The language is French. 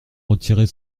retirer